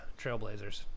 trailblazers